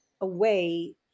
away